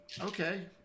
Okay